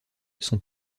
sont